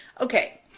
Okay